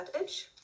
edge